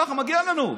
ככה, מגיע לנו.